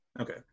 Okay